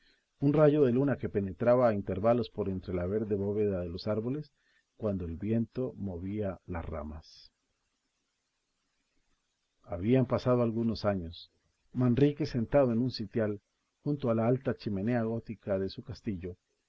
un rayo de luna que penetraba a intervalos por entre la verde bóveda de los árboles cuando el viento movía las ramas habían pasado algunos años manrique sentado en un sitial junto a la alta chimenea gótica de su castillo